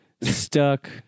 stuck